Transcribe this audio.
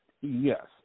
Yes